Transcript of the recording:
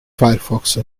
firefox